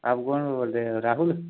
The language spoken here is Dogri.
आप कौन बोल रहे हो राहुल